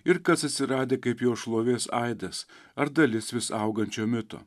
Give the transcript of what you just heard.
ir kas atsiradę kaip jo šlovės aidas ar dalis vis augančio mito